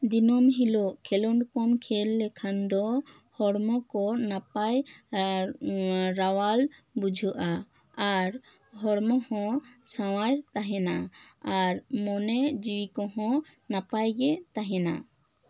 ᱫᱤᱱᱟ ᱢ ᱦᱤᱞᱚᱜ ᱠᱷᱮᱞᱳᱰ ᱵᱚ ᱠᱷᱮᱞ ᱞᱮᱠᱷᱟᱱ ᱫᱚ ᱦᱚᱲᱢᱚ ᱠᱚ ᱱᱟᱯᱟᱭ ᱨᱟᱣᱟᱞ ᱵᱩᱡᱷᱟ ᱜᱼᱟ ᱟᱨ ᱦᱚᱲᱢᱚ ᱦᱚᱸ ᱥᱟᱶᱟᱨ ᱛᱟᱦᱮᱱᱟ ᱟᱨ ᱢᱚᱱᱮ ᱡᱤᱣᱤ ᱠᱚᱦᱚᱸ ᱱᱟᱯᱟᱭ ᱜᱮ ᱛᱟᱦᱮᱱᱟ